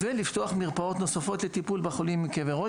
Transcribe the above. ולפתוח מרפואת נוספות לטיפול בחולים עם כאבי ראש